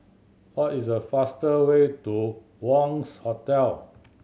what is the faster way to Wangz Hotel